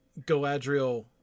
Galadriel